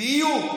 ויהיו.